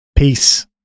Peace